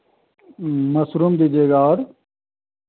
mushroom दीजिएगा और